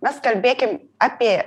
mes kalbėkim apie